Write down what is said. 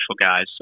guys